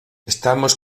estamos